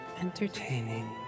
entertaining